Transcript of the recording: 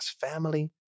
family